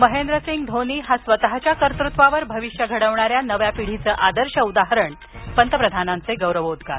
महेंद्रसिंग धोनी हा स्वतःच्या कर्तृत्वावर भविष्य घडविणाऱ्या नव्या पिढीचं आदर्श उदाहरण पंतप्रधानांचे गौरवोद्गार